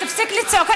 תפסיק לצעוק.